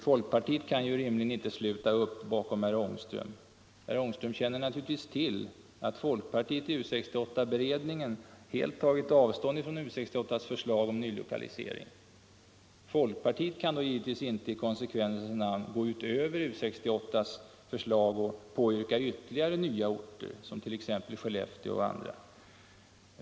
Folkpartiet kan ju inte rimligen sluta upp bakom herr Ångström. Herr Ångström känner naturligtvis till att folkpartiet i U 68-beredningen helt tagit avstånd från U 68:s förslag om nylokalisering. Folkpartiet kan då givetvis inte i konsekvensens namn gå utöver U 68:s förslag och påyrka ytterligare lokalisering till nya orter som t.ex. Skellefteå.